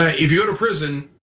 ah if you go to prison,